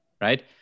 right